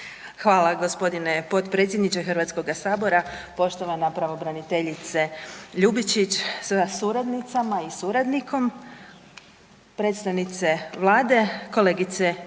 Hvala gospodine potpredsjedniče Hrvatskoga sabora. Poštovana pravobraniteljice Ljubičić sa suradnicama i suradnikom, predstavnice Vlade, kolegice i kolege